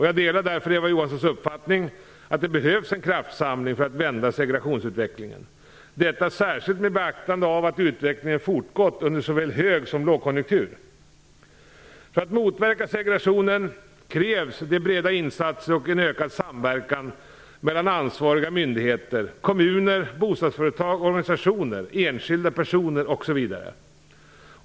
Jag delar därför Eva Johanssons uppfattning, att det behövs en kraftsamling för att vända segregationsutvecklingen - detta särskilt med beaktande av att utvecklingen fortgått under såväl hög som lågkonjunktur. För att motverka segregationen krävs breda insatser och ökad samverkan mellan ansvariga myndigheter, kommuner, bostadsföretag, organisationer, enskilda personer osv.